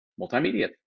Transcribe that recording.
multimedia